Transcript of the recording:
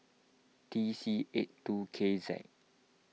T C eight two K Z